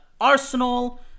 Arsenal